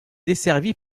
desservie